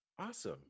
awesome